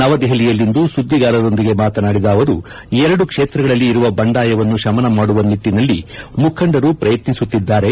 ನವದೆಹಲಿಯಲ್ಲಿಂದು ಸುದ್ದಿಗಾರರೊಂದಿಗೆ ಮಾತನಾಡಿದ ಅವರು ಎರಡು ಕ್ಷೇತ್ರಗಳಲ್ಲಿ ಇರುವ ಬಂಡಾಯವನ್ನು ಶಮನ ಮಾಡುವ ನಿಟ್ಟನಲ್ಲಿ ಮುಖಂಡರು ಪ್ರಯತ್ನಿಸುತ್ತಿದ್ದಾರೆ